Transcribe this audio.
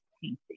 painting